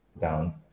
down